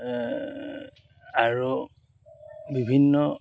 আৰু বিভিন্ন